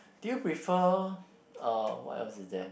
do you prefer uh what else is there